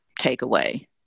takeaway